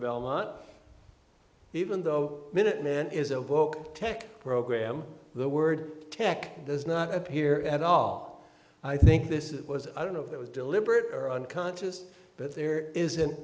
belmont even though minuteman is a book tech program the word tech does not appear at all i think this is was i don't know if it was deliberate or unconscious but there isn't